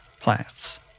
Plants